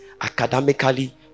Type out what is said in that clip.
academically